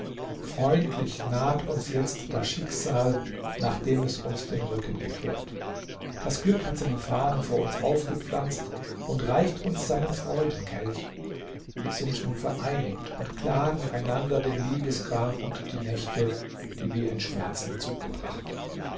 freundlich naht uns jetzt das schicksal nachdem es uns den rücken gekehrt das glück hat seine fahne vor uns aufgepflanzt und reicht uns seinen freudenkelch wir sind nun vereinigt und klagen einander den liebesgram und die nächte die wir in schmerzen zugebracht